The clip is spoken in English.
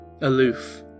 Aloof